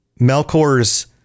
Melkor's